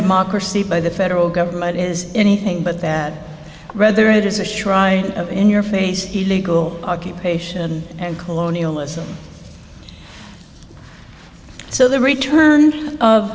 democracy by the federal government is anything but that rather it is a shrine of in your face illegal occupation and colonialism so the return of